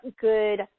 good